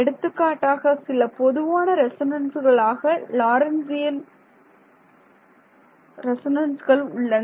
எடுத்துக்காட்டாக சில பொதுவான ரெசொனன்ஸ்கள் ஆக லாரன்ஸியன் ரெசொனன்ஸ்கள் உள்ளது